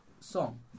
song